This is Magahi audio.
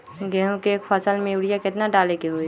गेंहू के एक फसल में यूरिया केतना डाले के होई?